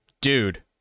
Dude